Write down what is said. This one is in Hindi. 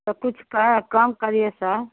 तो कुछ क कम करिए सर